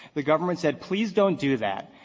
the government said please don't do that.